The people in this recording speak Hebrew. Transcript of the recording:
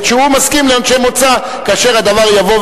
שהוא מסכים לעונשי מוצא כאשר הדבר יבוא,